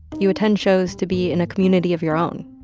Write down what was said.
you attend shows to be in a community of your own.